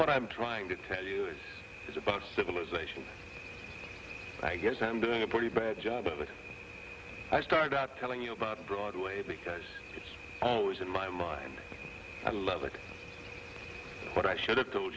what i'm trying to tell you it is about civilization i guess i'm doing a pretty bad job of it i started telling you about broadway because it's always in my mind i love it but i should have told